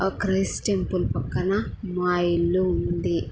Christ temple పక్కన మా ఇల్లు ఉంది